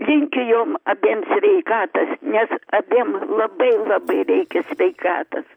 linkiu jom abiem sveikatos nes abiem labai labai reikia sveikatos